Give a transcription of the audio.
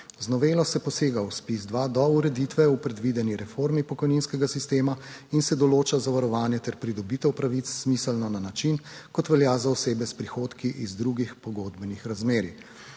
Z novelo se posega v ZPIZ-2 do ureditve v predvideni reformi pokojninskega sistema. In se določa zavarovanje ter pridobitev pravic smiselno na način kot velja za osebe s prihodki iz drugih pogodbenih razmerij.